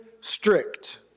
strict